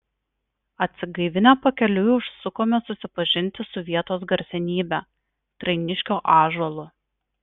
atsigaivinę pakeliui užsukome susipažinti su vietos garsenybe trainiškio ąžuolu